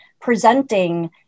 presenting